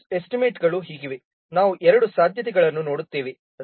ರೀ ಯೂಸ್ ಎಸ್ಟಿಮೇಟ್ಗಳು ಹೀಗಿವೆ ನಾವು ಎರಡು ಸಾಧ್ಯತೆಗಳನ್ನು ನೋಡುತ್ತೇವೆ